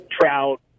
trout